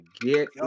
get